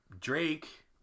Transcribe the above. Drake